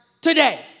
today